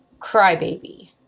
crybaby